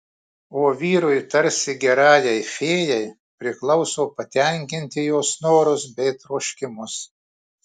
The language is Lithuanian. o vyrui tarsi gerajai fėjai priklauso patenkinti jos norus bei troškimus